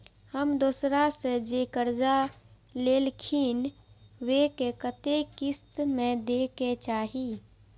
हम दोसरा से जे कर्जा लेलखिन वे के कतेक किस्त में दे के चाही?